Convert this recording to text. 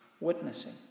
witnessing